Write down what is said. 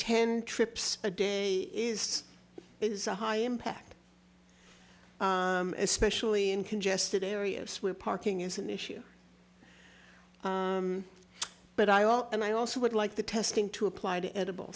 ten trips a day is a high impact especially in congested areas where parking is an issue but i also and i also would like the testing to apply to edible